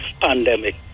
pandemic